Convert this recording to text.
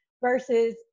versus